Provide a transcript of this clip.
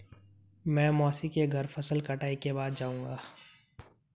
मैं मौसी के घर फसल कटाई के बाद जाऊंगा